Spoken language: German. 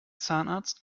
zahnarzt